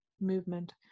movement